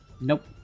nope